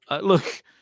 look